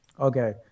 Okay